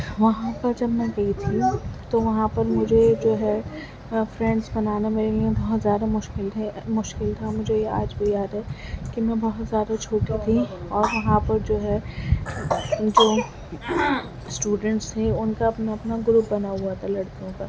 وہاں پر جب میں گئی تھی تو وہاں پر مجھے جو ہے فرینڈز بنانے میرے لیے بہت زیادہ مشکل تھی مشکل تھا مجھے آج بھی یاد ہے کہ میں بہت زیادہ چھوٹی تھی اور وہاں پر جو ہے جو اسٹوڈنٹس تھے ان کا اپنا اپنا گروپ بنا ہوا تھا لڑکیوں کا